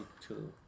two